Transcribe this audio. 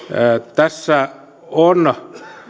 tässä on